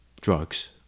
drugs